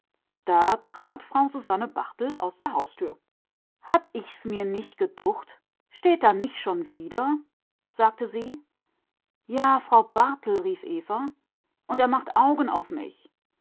da trat frau susanne barthel aus der haustür hatt ich mir's nich geducht steht a nich schon wieder sagte sie ja frau barthel rief eva und er macht augen auf mich